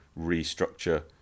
restructure